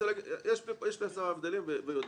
יש הבדלים והם ידועים.